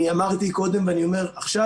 אני אמרתי קודם ואני אומר עכשיו: